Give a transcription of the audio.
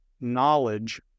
knowledge